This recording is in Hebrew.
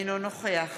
אינו נוכח